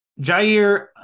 Jair